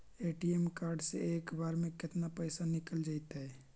ATM card से एक बार में केतना पैसा निकल जइतै?